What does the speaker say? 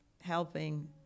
helping